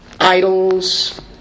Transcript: Idols